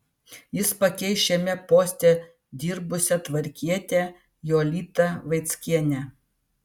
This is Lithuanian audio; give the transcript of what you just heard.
jis pakeis šiame poste dirbusią tvarkietę jolitą vaickienę